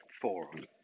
forum